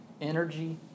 Energy